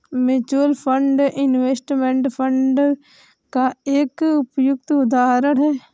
mutual fund investment fund का एक उपयुक्त उदाहरण है